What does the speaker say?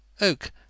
Oak